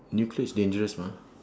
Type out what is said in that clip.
nuclear's dangerous mah